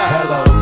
Hello